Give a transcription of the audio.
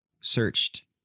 searched